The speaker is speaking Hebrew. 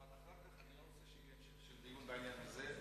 אבל אחר כך אני לא רוצה שיהיה המשך של דיון בעניין הזה,